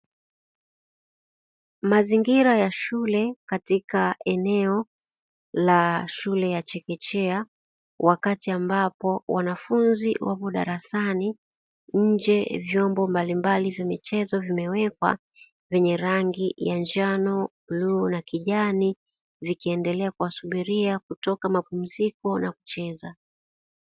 Mazingira ya shule katika eneo la shule ya chekechea, wakati ambapo wanafunzi wapo darasani nje vyombo mbalimbali vya michezo vimewekwa vyenye rangi ya njano, bluu na kijani vikiendelea kuwasubiria kutoka mapumziko na kucheza.